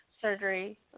surgery